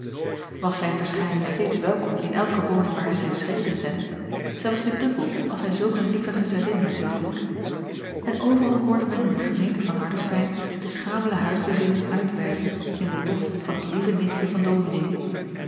as zijn verschijning steeds welkom in elke woning waar hij zijn schreden zette zij was dit dubbel als hij zulk een lieve gezellin met zich voerde en overal hoorde men in de gemeente van ardestein de schamele huisgezinnen uitweiden in den lof van het lieve nichtje van ominee